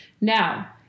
Now